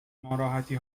ناراحتی